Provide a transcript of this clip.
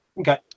Okay